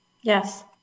Yes